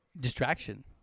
Distraction